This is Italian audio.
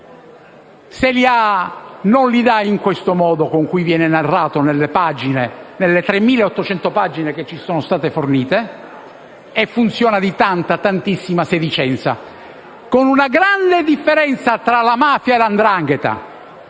ha, non li dà nel modo che viene narrato nelle 3.800 pagine che ci sono state fornite e funziona con tanta, tantissima sedicenza. C'è poi una grande differenza tra mafia e 'ndrangheta.